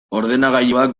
ordenagailuak